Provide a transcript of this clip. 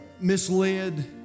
misled